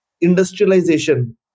industrialization